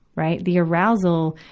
right, the arousal,